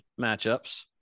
matchups